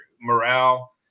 morale